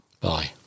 Bye